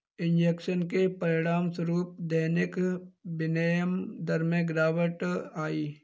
injection के परिणामस्वरूप दैनिक विनिमय दर में गिरावट आई